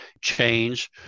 change